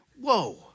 Whoa